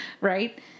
Right